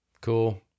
Cool